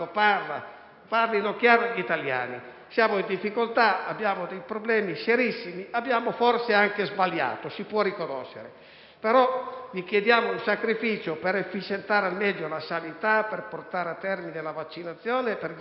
facciano chiaramente: siamo in difficoltà, abbiamo problemi serissimi, forse abbiamo anche sbagliato, lo si può riconoscere, però vi chiediamo un sacrificio per efficientare al meglio la sanità, per portare a termine la vaccinazione e per gestire